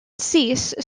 cease